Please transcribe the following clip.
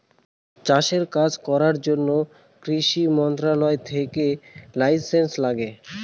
চাষের কাজ করার জন্য কৃষি মন্ত্রণালয় থেকে লাইসেন্স লাগে